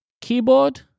keyboard